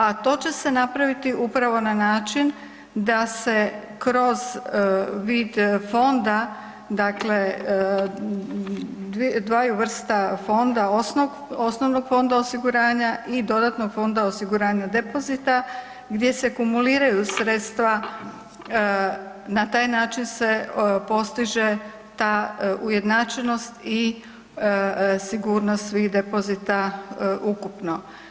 A to će se napraviti upravo na način da se kroz vid fonda, dakle dvaju vrsta fonda osnovnog fonda osiguranja i dodatnog fonda osiguranja depozita gdje se kumuliraju sredstva, na taj način se postiže ta ujednačenost i sigurnost svih depozita ukupno.